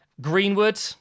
Greenwood